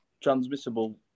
transmissible